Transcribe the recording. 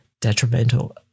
detrimental